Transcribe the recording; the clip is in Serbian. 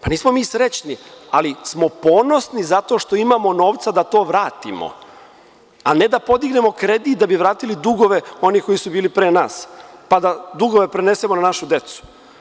Nismo mi srećni, ali smo ponosni zato što imamo novca da to vratimo, a ne da podignemo kredit da bi vratili dugove one koji su bili pre nas, pa da dugove prenesemo na našu decu.